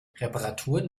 reparaturen